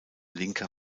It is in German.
linker